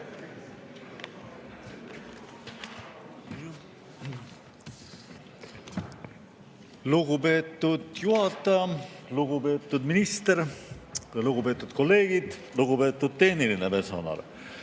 Lugupeetud juhataja! Lugupeetud minister! Lugupeetud kolleegid! Lugupeetud tehniline personal!